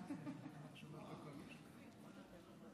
תקנון הכנסת אומר: